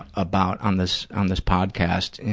about on this, on this podcast,